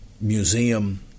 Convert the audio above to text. museum